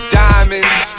diamonds